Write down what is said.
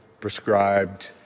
prescribed